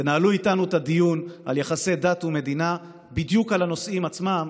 תנהלו איתנו את הדיון על יחסי דת ומדינה בדיוק על הנושאים עצמם,